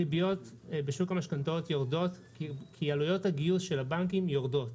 הריביות בשוק המשכנתאות יורדות כי עלויות הגיוס של הבנקים יורדות,